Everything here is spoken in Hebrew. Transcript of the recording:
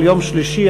אבל יום שלישי,